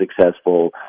successful